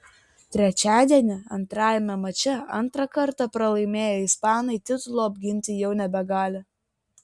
trečiadienį antrajame mače antrą kartą pralaimėję ispanai titulo apginti jau nebegali